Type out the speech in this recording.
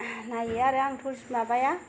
नायो आरो आंथ' माबाया